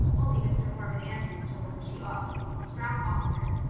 only mr. harmon andrews told her she ought to use the strap oftener.